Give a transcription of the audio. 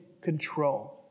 control